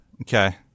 Okay